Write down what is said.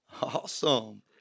Awesome